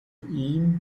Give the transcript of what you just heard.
ihm